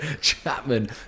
Chapman